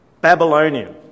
Babylonian